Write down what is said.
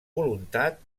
voluntat